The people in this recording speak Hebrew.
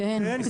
יש